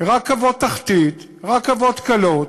רכבות תחתית, רכבות קלות